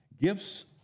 gifts